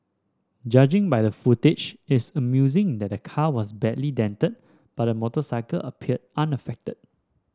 judging by the footage it's amusing that the car was badly dented but the motorcycle appeared unaffected